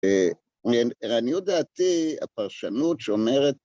מעניין רעיוניות דעתי, הפרשנות שאומרת